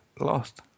lost